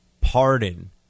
pardon